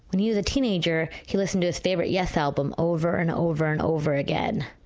when he was a teenager, he listened to his favorite yes album over and over and over again,